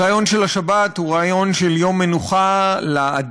הרעיון של השבת הוא רעיון של יום מנוחה לאדם,